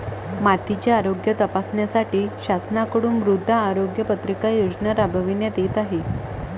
मातीचे आरोग्य तपासण्यासाठी शासनाकडून मृदा आरोग्य पत्रिका योजना राबविण्यात येत आहे